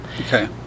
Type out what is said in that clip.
okay